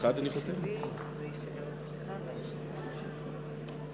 אני מתכבד להזמין את חבר הכנסת סילבן שלום,